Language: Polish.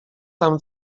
tam